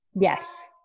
Yes